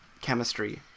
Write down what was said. chemistry